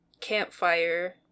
campfire